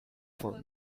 for